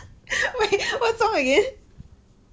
wait what song again